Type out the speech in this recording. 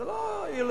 זה לא ילדים.